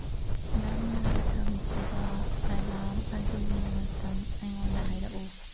ꯅꯪꯅ ꯊꯝꯈꯤꯕ ꯑꯦꯂꯥꯝ ꯑꯗꯨꯒꯤ ꯃꯇꯝ ꯑꯩꯉꯣꯟꯗ ꯍꯥꯏꯔꯛꯎ